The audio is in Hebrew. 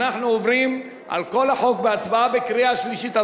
אנו עוברים להצבעה על כל החוק בקריאה שלישית.